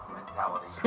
mentality